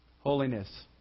Holiness